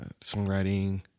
songwriting